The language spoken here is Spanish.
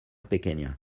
pequeña